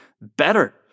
better